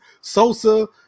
Sosa